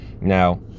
Now